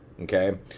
okay